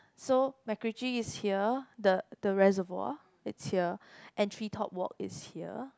so MacRitchie is here the the reservoir is here and tree top walk is here